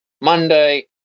Monday